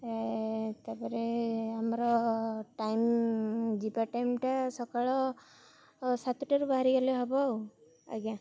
ଏ ତାପରେ ଆମର ଟାଇମ ଯିବା ଟାଇମଟା ସକାଳ ସାତଟାରୁ ବାହାରିଗଲେ ହବ ଆଉ ଆଜ୍ଞା